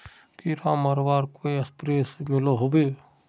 कीड़ा मरवार कोई स्प्रे मिलोहो होबे?